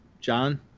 John